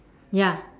ya